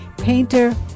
painter